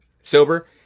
Sober